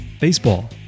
baseball